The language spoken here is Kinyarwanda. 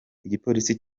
igipolisi